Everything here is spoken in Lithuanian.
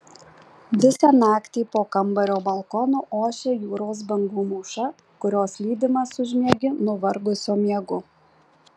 visą naktį po kambario balkonu ošia jūros bangų mūša kurios lydimas užmiegi nuvargusio miegu